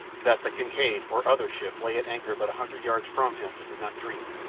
that the kincaid or other ship lay at anchor but a hundred yards from him he did not dream,